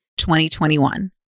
2021